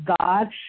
God